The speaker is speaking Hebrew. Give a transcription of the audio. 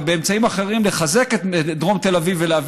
ובאמצעים אחרים לחזק את דרום תל אביב ולהביא